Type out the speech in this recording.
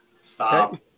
Stop